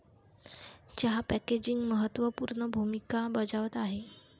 चहा पॅकेजिंग महत्त्व पूर्ण भूमिका बजावत आहे